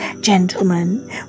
gentlemen